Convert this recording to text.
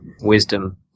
wisdom